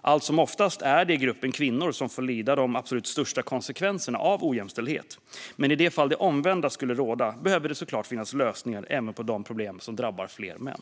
Allt som oftast är det gruppen kvinnor som får lida de absolut största konsekvenserna av ojämställdhet, men i de fall det omvända skulle råda behöver det såklart finnas lösningar även på de problem som drabbar fler män.